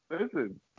listen